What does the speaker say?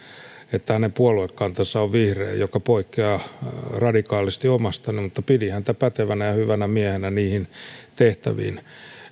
että hänen puoluekantansa on vihreä joka poikkeaa radikaalisti omastani mutta pidin häntä pätevänä ja hyvänä miehenä niihin tehtäviin